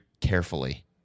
carefully